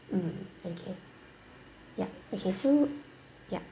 mm okay yup okay so yup